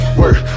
work